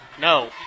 No